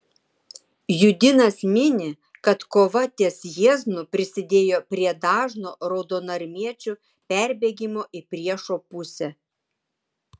judinas mini kad kova ties jieznu prisidėjo prie dažno raudonarmiečių perbėgimo į priešo pusę